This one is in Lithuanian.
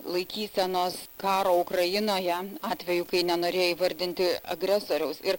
laikysenos karo ukrainoje atveju kai nenorėjo įvardinti agresoriaus ir